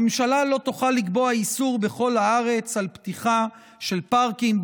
הממשלה לא תוכל לקבוע איסור בכל הארץ על פתיחה של פארקים,